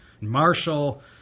Marshall